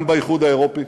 גם באיחוד האירופי,